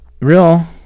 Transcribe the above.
real